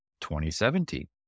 2017